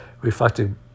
reflecting